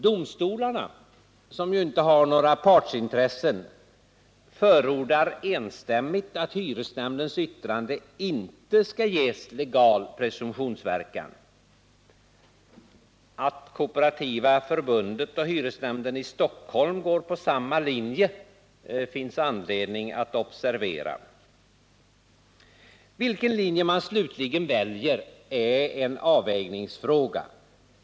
Domstolarna, som inte har några partsintressen, förordar enstämmigt att hyresnämndens yttrande inte skall ges legal presumtionsverkan. Att Kooperativa förbundet och hyresnämnden i Stockholm går på samma linje finns det anledning att observera. Vilken linje man slutligen väljer är en avvägningsfråga.